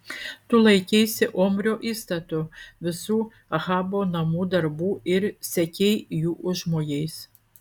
tu laikeisi omrio įstatų visų ahabo namų darbų ir sekei jų užmojais